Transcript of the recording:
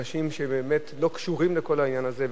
אנשים שבאמת לא קשורים לכל העניין הזה,